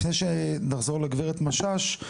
לפני שנחזור לגברת משש,